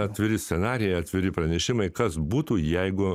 atviri scenarijai atviri pranešimai kas būtų jeigu